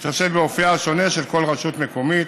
בהתחשב באופייה השונה של כל רשות מקומית